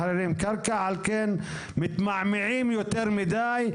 קרקע ולכן מתמהמהים יותר מדיי,